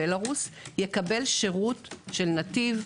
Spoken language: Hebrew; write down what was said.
בלרוס - יקבל שירות של נתיב,